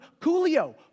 Coolio